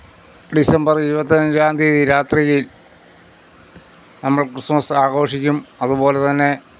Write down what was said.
December ഇരുപത്തിയഞ്ചാം തീയതി രാത്രിയില് നമ്മള് ക്രിസ്മസാഘോഷിക്കും അതുപോലെതന്നെ